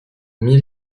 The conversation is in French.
mille